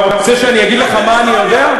אתה רוצה שאני אגיד לך מה אני יודע?